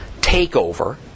takeover